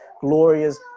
Glorious